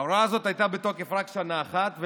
ההוראה הזאת הייתה בתוקף רק שנה אחת,